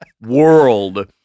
world